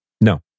No